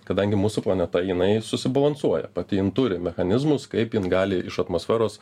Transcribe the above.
kadangi mūsų planeta jinai susibalansuoja pati jin turi mechanizmus kaip jin gali iš atmosferos